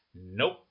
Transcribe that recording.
nope